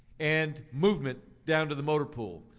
and movement down to the motor pool.